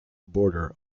border